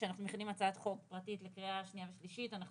כשאנחנו מכינים הצעת חוק פרטית לקריאה שנייה ושלישית אנחנו